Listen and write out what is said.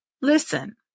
listen